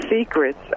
Secrets